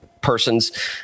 persons